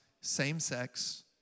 same-sex